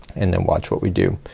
and then watch what we do,